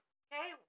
okay